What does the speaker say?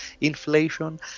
inflation